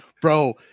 bro